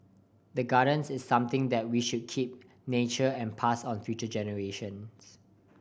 the gardens is something that we should keep nurture and pass on future generations